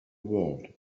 world